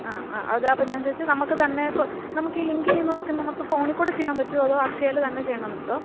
ആ ആ അതാപ്പം ഞാന് ചോദിച്ചത് നമുക്ക് തന്നെ ഫൊ നമുക്കീ ലിങ്ക് ചെയ്യുന്നതൊക്കെ നമുക്ക് ഫോണിക്കൂടെ ചെയ്യാന് പറ്റോ അതോ അക്ഷയയിൽ തന്നെ ചെയ്യണമെന്നുണ്ടോ